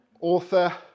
author